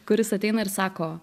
kuris ateina ir sako